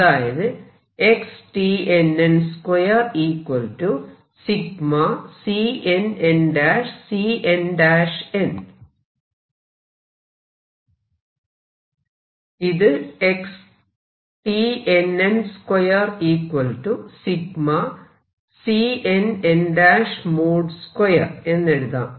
അതായത് ഇത് എന്നെഴുതാം